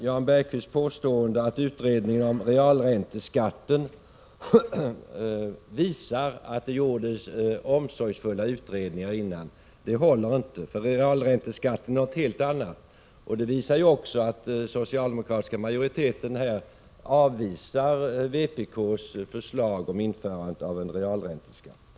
Jan Bergqvists påstående att utredningen om realränteskatten visar att det gjordes omsorgsfulla utredningar håller inte. Realränteskatten är nämligen något helt annat än denna engångsskatt. Det framgår också av att den = Prot. 1986/87:79 socialdemokratiska majoriteten avvisar vpk:s förslag om införande av 4 mars 1987 realränteskatt.